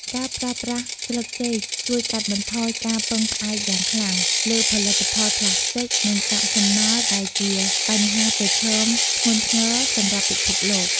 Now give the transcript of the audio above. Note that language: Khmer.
ការប្រើប្រាស់ស្លឹកចេកជួយ កាត់បន្ថយការពឹងផ្អែកយ៉ាងខ្លាំង លើផលិតផលប្លាស្ទិក និងកាកសំណល់ ដែលជាបញ្ហាប្រឈមធ្ងន់ធ្ងរសម្រាប់ពិភពលោក។